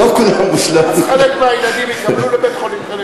אז חלק מהילדים יתקבלו לבית-חולים וחלק לא.